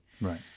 right